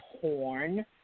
Horn